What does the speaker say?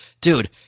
dude